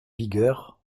vigueur